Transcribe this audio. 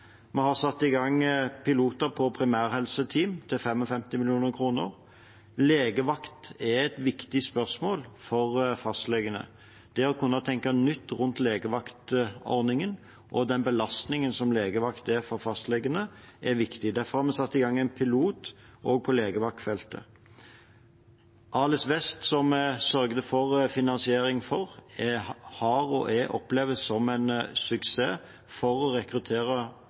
Vi har satt i gang pilotprosjekt for primærhelseteam til 55 mill. kr. Legevakt er et viktig spørsmål for fastlegene. Det å kunne tenke nytt rundt legevaktordningen og den belastningen som legevakt er for fastlegene, er viktig. Derfor har vi satt i gang et pilotprosjekt også på legevaktfeltet. ALIS-Vest, som vi sørget for finansieringen av, har blitt opplevd som og oppleves som en suksess for å rekruttere